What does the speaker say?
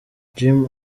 jim